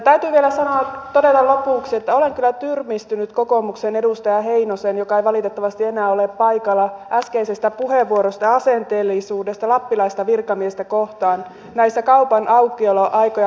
täytyy vielä sanoa todella lopuksi että olen kyllä tyrmistynyt kokoomuksen edustaja heinosen joka ei valitettavasti enää ole paikalla äskeisestä puheenvuorosta ja asenteellisuudesta lappilaista virkamiestä kohtaan näitä kaupan aukioloaikoja koskien